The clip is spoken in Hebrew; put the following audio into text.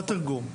לא תרגום.